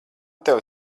tev